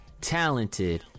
talented